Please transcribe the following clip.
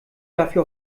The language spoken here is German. dafür